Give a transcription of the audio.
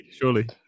surely